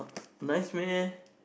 nice meh